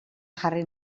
jarri